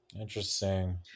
interesting